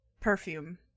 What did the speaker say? Perfume